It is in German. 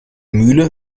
mühle